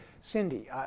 Cindy